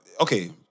Okay